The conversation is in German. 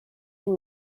den